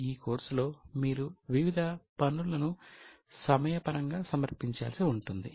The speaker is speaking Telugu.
ఈ కోర్సులో మీరు వివిధ పనులను సమయ పరంగా సమర్పించాల్సి ఉంటుంది